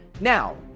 Now